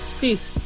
Peace